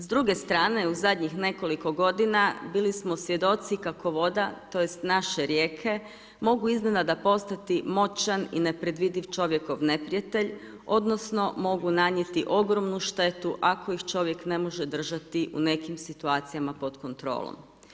S druge strane u zadnjih nekoliko g. bili smo svjedoci, kako voda, tj. naše rijeke, mogu iznenada postati moćan i neprevediv čovjekov neprijatelj, odnosno, mogu nanijeti ogromnu štetu, ako ih čovjek ne može držati u nekim situacijama, pod kontrolom.